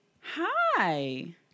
Hi